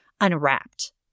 unwrapped